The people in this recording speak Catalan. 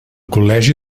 col·legi